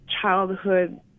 childhood